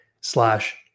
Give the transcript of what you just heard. slash